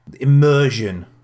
immersion